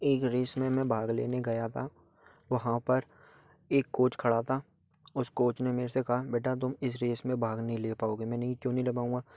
एक रेस में मैं भाग लेने गया था वहाँ पर एक कोच खड़ा था उस कोच ने मेरे से कहा बेटा तुम इस रेस में भाग नहीं ले पाओगे मैंने कही क्यों नहीं ले पाऊँगा